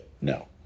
No